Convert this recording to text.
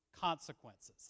consequences